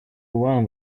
one